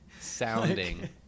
Sounding